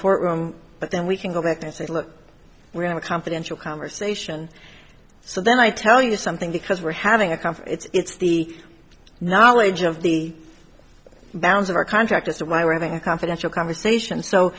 courtroom but then we can go back and say look we're in a confidential conversation so then i tell you something because we're having a coffee it's the knowledge of the bounds of our contract is that why we're having a confidential conversation so